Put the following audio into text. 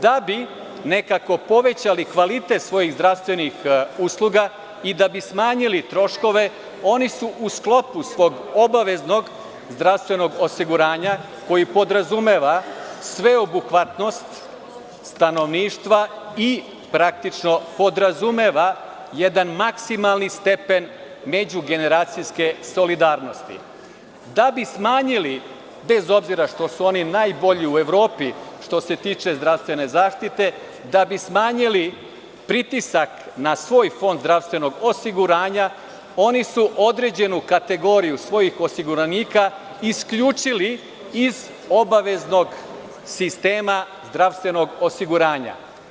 Da bi nekako povećali kvalitet svojih zdravstvenih usluga i da bi smanjili troškove, oni su u sklopu svog obaveznog zdravstvenog osiguranja, koji podrazumeva sveobuhvatnost stanovništva i praktično podrazumeva jedan maksimalni stepen međugeneracijske solidarnosti, bez obzira što su oni najbolji u Evropi, što se tiče zdravstvene zaštite, da bi smanjili pritisak na svoj Fond zdravstvenog osiguranja, oni su određenu kategoriju svojih osiguranika isključili iz obaveznog sistema zdravstvenog osiguranja.